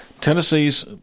Tennessee's